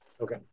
Okay